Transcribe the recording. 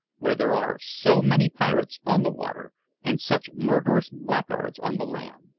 where there are so many pirates on the water and such murderous blackguards on the land.